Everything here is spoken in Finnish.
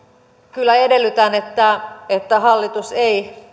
kyllä edellytän että että hallitus ei